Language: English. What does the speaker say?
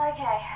Okay